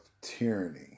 tyranny